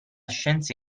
scienza